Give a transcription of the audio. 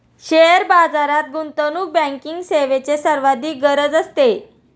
share बाजारात गुंतवणूक banking सेवेची सर्वाधिक गरज असते